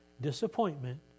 disappointment